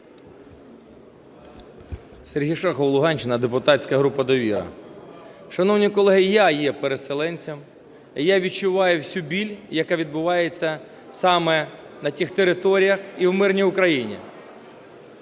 Сергій Шахов, Луганщина, депутатська група "Довіра". Шановні колеги, я є переселенцем, я відчуваю всю біль, яка відбувається саме на тих територіях і у мирній Україні.